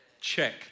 check